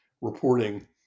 reporting